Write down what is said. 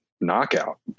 knockout